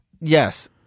Yes